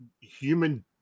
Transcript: Human